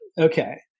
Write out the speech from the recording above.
Okay